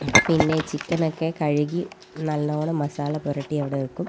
പിന്നെ ചിക്കൻ ഒക്കെ കഴുകി നല്ലോണം മസാല പുരട്ടി അവിടെ വെക്കും